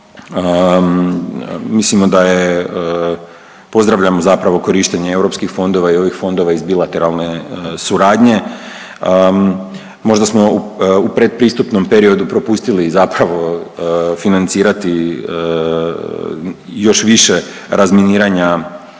mislimo da je, pozdravljamo zapravo korištenje europskih fondova i ovih fondova iz bilateralne suradnje. Možda smo u pred pristupnom periodu propustili zapravo financirati još više razminiranja